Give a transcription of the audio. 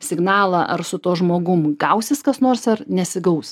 signalą ar su tuo žmogum gausis kas nors ar nesigaus